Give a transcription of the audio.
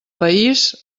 país